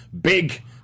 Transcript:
big